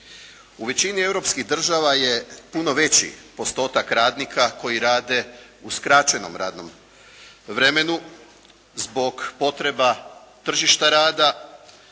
U većini europskih država je puno veći postotak radnika koji rade u skraćenom radnom vremenu zbog potreba tržišta rada